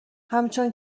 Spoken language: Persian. همچون